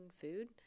food